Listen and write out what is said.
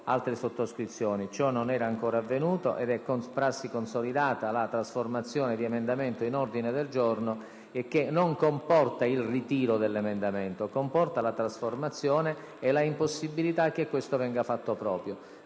altre sottoscrizioni. Ciò non era ancora avvenuto ed è prassi consolidata la trasformazione dell'emendamento in ordine del giorno, che non comporta il ritiro dell'emendamento, ma la trasformazione e l'impossibilità conseguente che esso venga fatto proprio